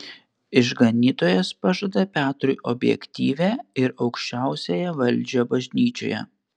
išganytojas pažada petrui objektyvią ir aukščiausiąją valdžią bažnyčioje